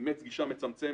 אימץ גישה מצמצמת,